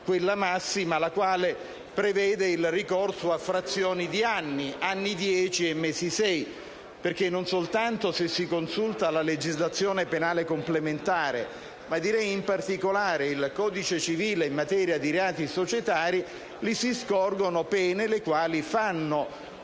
quella massima, che prevede il ricorso a frazioni di anni (anni dieci e mesi sei), perché non soltanto se si consulta la legislazione penale complementare, ma direi in particolare il codice civile in materia di reati societari, vi si scorgono pene le quali fanno